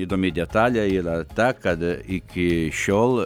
įdomi detalė yra ta kad iki šiol